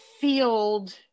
field